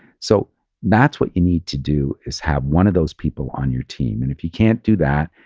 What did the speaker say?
so that's what you need to do, is have one of those people on your team. and if he can't do that,